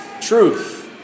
truth